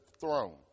throne